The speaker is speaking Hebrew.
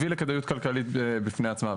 הביא לכדאיות כלכלית בפני עצמה,